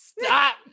stop